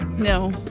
No